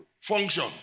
function